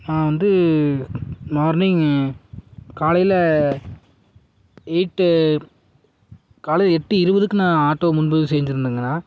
நான் வந்து மார்னிங் காலையில் எயிட்டு காலை எட்டு இருபதுக்கு நான் ஆட்டோ முன்பதிவு செய்திருந்தேங்கண்ணா